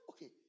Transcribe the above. Okay